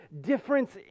difference